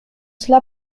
cela